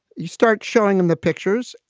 you start showing them the pictures.